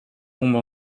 tombe